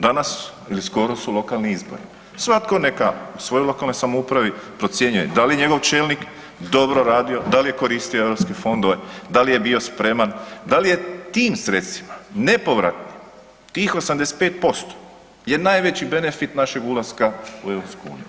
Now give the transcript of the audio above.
Danas ili skoro su lokalni izbori, svatko neka u svojoj lokalnoj samoupravo procjenjuje da li je njegov čelnik dobro radio, da li je koristio europske fondove, da li je bio spreman, da li je tim sredstvima nepovratno, tih 85% je najveći benefit našeg ulaska u EU.